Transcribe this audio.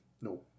No